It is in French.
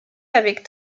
avec